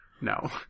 No